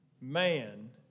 man